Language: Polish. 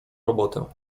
robotę